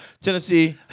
Tennessee